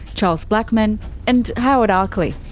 charles blackman and howard arkley.